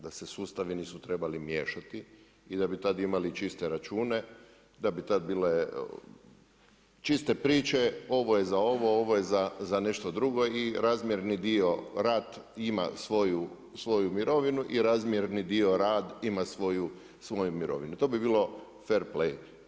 Da se sustavi nisu trebali miješati i da bi tad imali čiste račune, da bi tad bile čiste priče, ovo je za ovo, ovo je za nešto drugo i razmjerni dio, rat ima svoju mirovinu i razmjerni dio rad, ima svoju mirovinu, to bi bilo fair play.